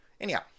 Anyhow